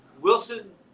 wilson